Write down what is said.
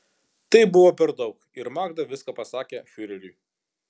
tai buvo per daug ir magda viską pasakė fiureriui